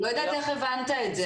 אני לא יודעת איך הבנת את זה.